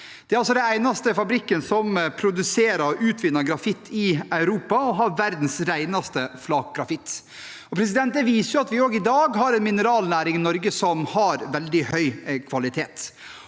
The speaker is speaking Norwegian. Det er den eneste fabrikken som produserer og utvinner grafitt i Europa, og den har verdens reneste flakgrafitt. Det viser at vi også i dag har en mineralnæring i Norge som har veldig høy kvalitet.